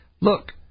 look